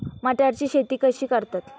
मटाराची शेती कशी करतात?